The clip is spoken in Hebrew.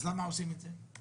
אז למה עושים את זה?